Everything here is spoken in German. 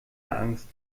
angst